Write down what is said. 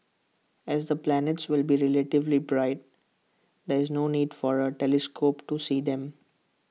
as the planets will be relatively bright there is no need for A telescope to see them